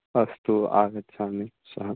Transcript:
अस्तु अगच्छामि अहं श्वः